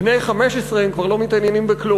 בני 15, הם כבר לא מתעניינים בכלום.